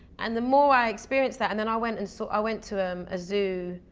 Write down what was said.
and the more i experienced that. and then i went and so i went to um a zoo